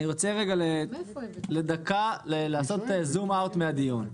אני רוצה לדקה לעשות זום-אאוט מן הדיון.